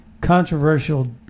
controversial